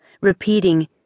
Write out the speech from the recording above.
repeating